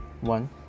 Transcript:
one